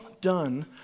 done